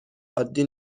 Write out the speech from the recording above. عادی